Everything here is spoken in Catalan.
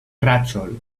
rajol